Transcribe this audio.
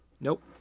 Nope